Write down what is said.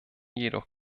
jedoch